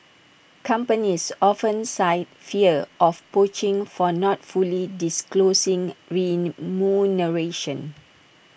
companies often cite fear of poaching for not fully disclosing remuneration